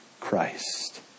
Christ